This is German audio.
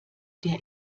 der